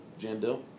Jandil